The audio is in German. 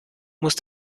muss